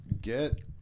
get